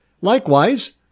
Likewise